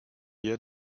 year